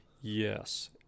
Yes